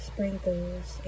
Sprinkles